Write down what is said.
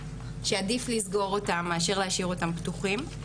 שעדיף לסגור אותם מאשר להשאיר אותם פתוחים.